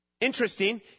Interesting